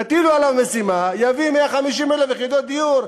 תטילו עליה משימה, תביא 150,000 יחידות דיור.